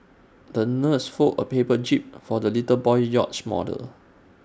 the nurse folded A paper jib for the little boy's yacht model